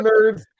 Nerds